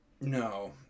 no